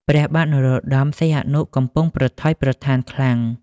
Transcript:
ព្រះបាទនរោត្តម សីហនុកំពុងប្រថុយប្រថានខ្លាំង។